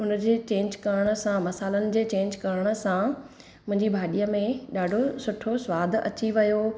हुनजे चेंज करणु सां मसालनि जे चेंज करणु सां मुंहिंजी भाॼीअ में ॾाढो सुठो स्वादु अची वियो